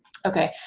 okay,